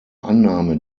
annahme